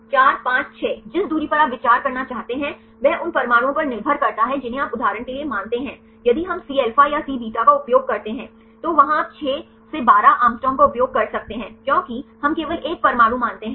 4 5 6 जिस दूरी पर आप विचार करना चाहते हैं वह उन परमाणुओं पर निर्भर करता है जिन्हें आप उदाहरण के लिए मानते हैं यदि हम Cα या Cβ का उपयोग करते हैं तो वहां आप 6 to 12 Å का उपयोग कर सकते हैं क्योंकि हम केवल एक परमाणु मानते हैं